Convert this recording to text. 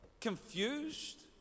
confused